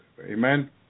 Amen